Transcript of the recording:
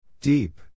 Deep